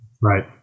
Right